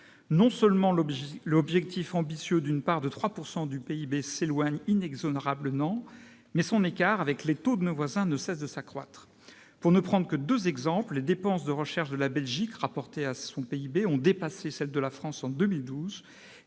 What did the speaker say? Non seulement l'objectif ambitieux d'une part de 3 % du PIB s'éloigne inexorablement, mais son écart avec les taux de nos voisins ne cesse de s'accroître. Pour ne prendre que deux exemples, les dépenses de recherche de la Belgique rapportées à son PIB ont dépassé celles de la France en 2012